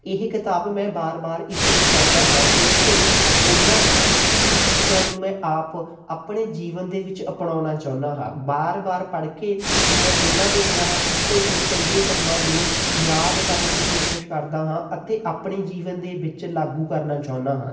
ਇਹ ਕਿਤਾਬ ਮੈਂ ਬਾਰ ਬਾਰ ਇਸ ਲਈ ਪੜ੍ਹਦਾ ਹਾਂ ਕਿਉਂਕਿ ਉਹਨਾਂ ਦੀ ਦਿੱਤੀ ਹੋਈ ਸਿੱਖਿਆ ਨੂੰ ਮੈਂ ਆਪ ਆਪਣੇ ਜੀਵਨ ਦੇ ਵਿੱਚ ਅਪਣਾਉਣਾ ਚਾਹੁੰਦਾ ਹਾਂ ਬਾਰ ਬਾਰ ਪੜ੍ਹ ਕੇ ਮੈਂ ਉਹਨਾਂ ਦੇ ਦੁਆਰਾ ਕੀਤੇ ਗਏ ਚੰਗੇ ਕੰਮਾਂ ਨੂੰ ਯਾਦ ਕਰਨ ਦੀ ਕੋਸ਼ਿਸ਼ ਕਰਦਾ ਹਾਂ ਅਤੇ ਆਪਣੇ ਜੀਵਨ ਦੇ ਵਿੱਚ ਲਾਗੂ ਕਰਨਾ ਚਾਹੁੰਦਾ ਹਾਂ